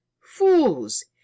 fools